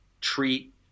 treat